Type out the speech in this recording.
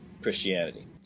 Christianity